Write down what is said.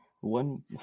One